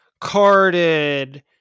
carded